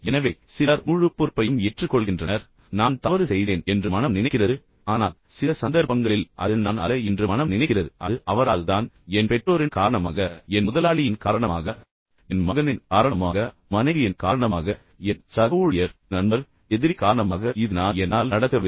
எனவே சிலர் முழு பொறுப்பையும் ஏற்றுக்கொள்கின்றனர் நான் தவறு செய்தேன் என்று மனம் நினைக்கிறது ஆனால் சில சந்தர்ப்பங்களில் அது நான் அல்ல என்று மனம் நினைக்கிறது அது அவரால் தான் என் பெற்றோரின் காரணமாக என் முதலாளியின் காரணமாக என் மகனின் காரணமாக மனைவியின் காரணமாக என் சக ஊழியர் நண்பர் எதிரி காரணமாக இது நான் என்னால் நடக்கவில்லை